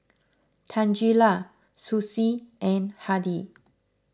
Tangela Susie and Hardy